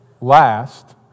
last